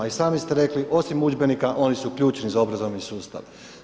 I sami ste rekli osim udžbenika oni su ključni za obrazovni sustav.